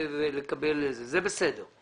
זה בסדר.